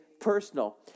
personal